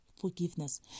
forgiveness